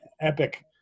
epic